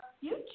future